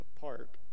Park